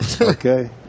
Okay